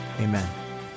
amen